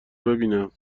ببینم